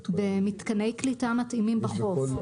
במתקני קליטה מתאימים בחוף.